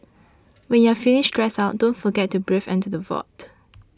when you are feeling stressed out don't forget to breathe into the void